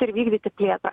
ir vykdyti plėtrą